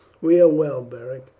we are well, beric,